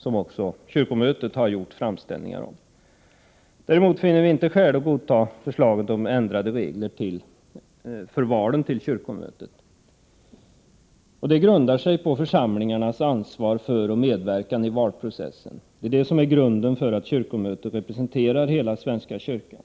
Också kyrkomötet har gjort framställning om detta. Däremot finner vi inte skäl att godta förslaget om ändrade regler för valen till kyrkomötet. Gällande regler grundar sig på församlingarnas ansvar för och medverkan i valprocessen. Det är grunden för att kyrkomötet representerar hela svenska kyrkan.